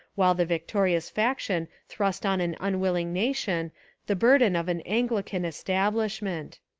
while the victorious faction thrust on an unwilling nation the burden of an anglican establish ment.